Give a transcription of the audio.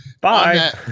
Bye